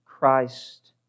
Christ